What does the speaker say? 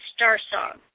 Starsong